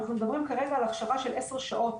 אנחנו מדברים כרגע על הכשרה של עשר שעות,